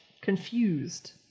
confused